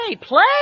play